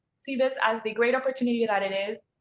see this as the great opportunity that it is!